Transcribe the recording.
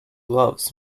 loves